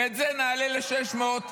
ואת זה נעלה ל-600.